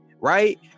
Right